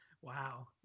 Wow